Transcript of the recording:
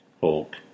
Hulk